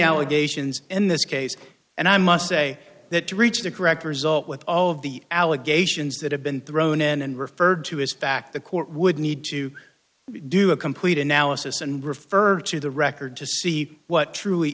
allegations in this case and i must say that to reach the correct result with all of the allegations that have been thrown and referred to as fact the court would need to do a complete analysis and refer to the record to see what truly